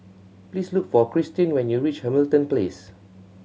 please look for Christene when you reach Hamilton Place